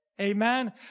Amen